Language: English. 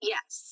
Yes